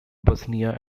bosnia